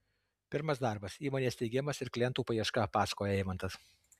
pirmas darbas įmonės steigimas ir klientų paieška pasakoja eimantas